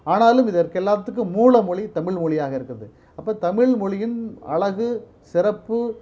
ஆனாலும் இதற்கெல்லாத்துக்கும் மூல மொழி தமிழ்மொழியாக இருக்குது அப்போ தமிழ்மொழியின் அழகு சிறப்பு